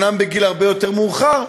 אומנם בגיל הרבה יותר מאוחר,